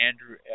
Andrew